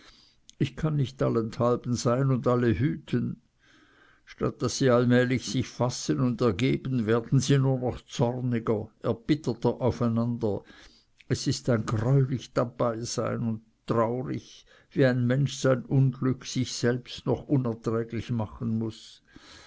ich kann nicht allenthalben sein und alle hüten statt daß sie allmählich sich fassen und ergeben werden sie nur noch zorniger erbitterter auf einander es ist ein greulich dabeisein und traurig wie ein mensch sein unglück sich selbst noch unerträglich machen muß